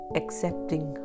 accepting